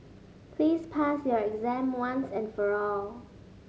please pass your exam once and for all